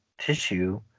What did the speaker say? tissue